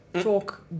talk